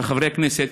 וחברי הכנסת,